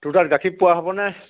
তোৰ তাত গাখীৰ পোৱা হ'বনে